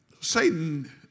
Satan